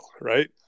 Right